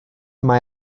mae